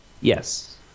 yes